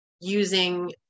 using